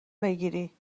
بگیری